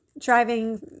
driving